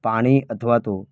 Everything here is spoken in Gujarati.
પાણી અથવા તો